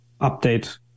update